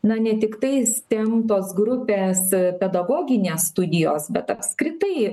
na ne tiktai stem tos grupė su pedagoginės studijos bet apskritai